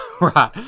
Right